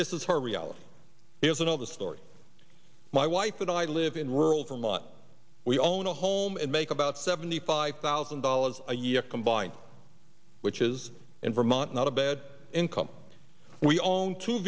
this is her reality here's another story my wife and i live in rural vermont we own a home and make about seventy five thousand dollars a year combined which is in vermont not a bad income we own two